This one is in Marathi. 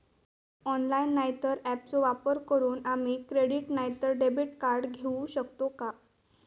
ऑनलाइन नाय तर ऍपचो वापर करून आम्ही क्रेडिट नाय तर डेबिट कार्ड घेऊ शकतो का?